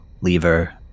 lever